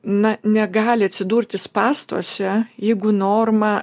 na negali atsidurti spąstuose jeigu norma